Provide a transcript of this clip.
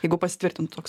jeigu pasitvirtintų toks